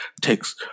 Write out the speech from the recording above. takes